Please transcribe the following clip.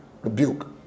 rebuke